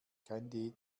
kein